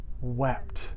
wept